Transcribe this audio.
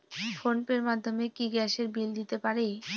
Phone pay র মাধ্যমে কি গ্যাসের বিল দিতে পারি?